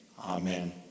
Amen